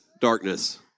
darkness